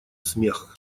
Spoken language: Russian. смех